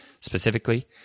specifically